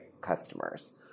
customers